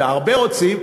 והרבה רוצים,